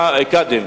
קאדים.